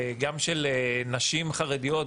גם של נשים חרדיות,